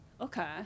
Okay